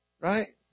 Right